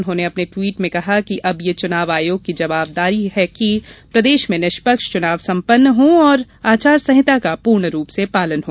उन्होंने अपने ट्वीट में कहा कि अब यह चुनाव आयोग की जवाबदारी है कि प्रदेश में निष्पक्ष चुनाव संपन्न हों और आचार संहिता का पूर्ण पालन हो